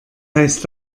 heißt